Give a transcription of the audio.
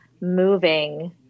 moving